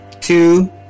Two